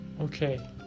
okay